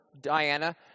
Diana